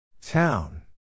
Town